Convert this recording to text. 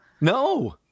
no